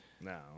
no